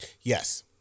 Yes